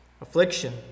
affliction